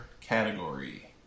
category